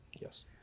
Yes